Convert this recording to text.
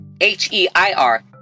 H-E-I-R